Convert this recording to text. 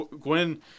gwen